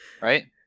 right